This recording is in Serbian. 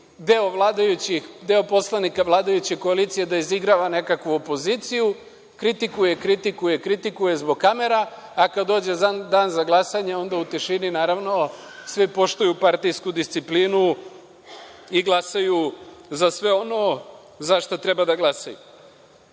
deo poslanike vladajuće koalicije da izigrava nekakvu opoziciju, kritikuje, kritikuje, kritikuje zbog kamera, a kada dođe dan za glasanje, onda u tišini, naravno, svi poštuju partijsku disciplinu i glasaju za sve ono za šta treba da glasaju. Dalje,